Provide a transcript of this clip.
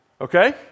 okay